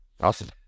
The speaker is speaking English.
Awesome